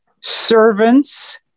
servants